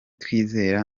twizera